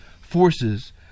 forces